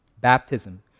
Baptism